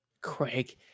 Craig